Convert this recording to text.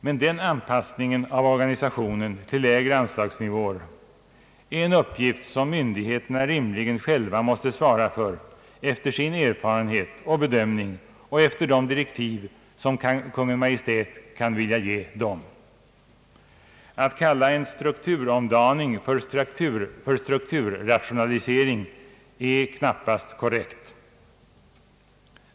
Men den anpassningen av organisationen till lägre anslagsnivåer är en uppgift som myndigheterna rimligen själva måste svara för efter sin erfarenhet och bedömning och efter de direktiv som Kungl Maj:t kan vilja ge dem. Att kalla en strukturomdaning för strukturrationalisering är knappast korrekt.